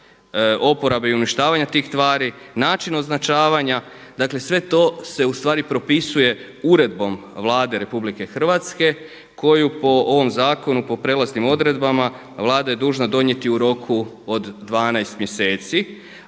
oporabe i uništavanja tih tvari, način označavanja. Dakle, sve to se u stvari propisuje uredbom Vlade RH koju po ovom zakonu po prijelaznim odredbama Vlada je dužna donijeti u roku od 12 mjeseci,